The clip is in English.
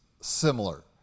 similar